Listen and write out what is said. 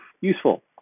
useful